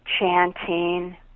Chanting